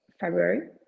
February